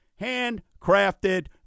handcrafted